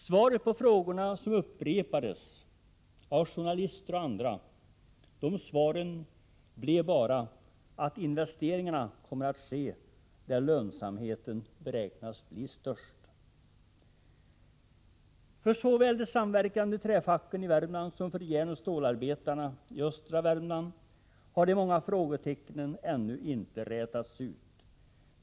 Svaret på de frågor som upprepades av journalister och andra blev bara att investeringarna kommer att ske där lönsamheten beräknas bli störst. Såväl för de samverkande träfacken i Värmland som för järnoch stålarbetarna i östra Värmland har de många frågetecknen ännu inte rätats ut.